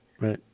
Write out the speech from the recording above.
Right